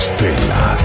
Stella